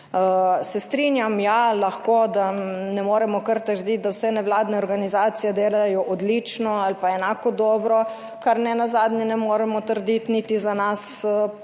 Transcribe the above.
Se strinjam, ja, lahko, da ne moremo kar trditi, da vse nevladne organizacije delajo odlično ali pa enako dobro, kar nenazadnje ne moremo trditi niti za nas politike.